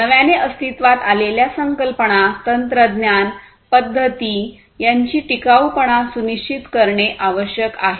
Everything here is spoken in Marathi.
नव्याने अस्तित्वात आलेल्या संकल्पना तंत्रज्ञान पद्धती यांची टिकाऊपणा सुनिश्चित करणे आवश्यक आहे